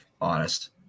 honest